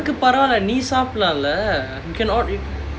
பரவால்ல நீ சாப்பிடலாம்ல:paravaalla nee saapdalaamla you can ord~ you